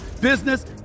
business